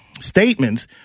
statements